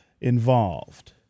involved